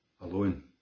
alone